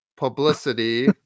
Publicity